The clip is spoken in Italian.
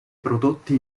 prodotti